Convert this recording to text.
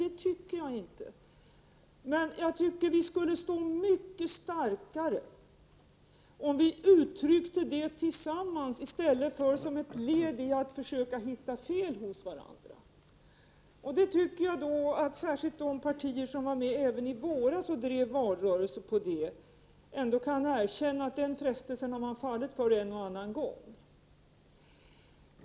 Det tycker jag inte, men jag tror vi skulle stå mycket starkare om vi uttryckte det tillsammans i stället för som ett led i att försöka hitta fel hos varandra. De partier som var med även i våras och drev valrörelse på detta, tycker jag ändå borde kunna erkänna att de en och annan gång fallit för den frestelsen.